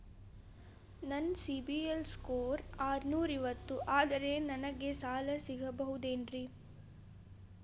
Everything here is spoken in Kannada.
ನನ್ನ ಸಿಬಿಲ್ ಸ್ಕೋರ್ ಆರನೂರ ಐವತ್ತು ಅದರೇ ನನಗೆ ಸಾಲ ಸಿಗಬಹುದೇನ್ರಿ?